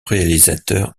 réalisateur